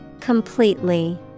Completely